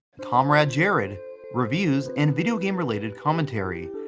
comrade jared reviews and video game related commentary.